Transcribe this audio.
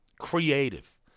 creative